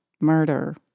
murder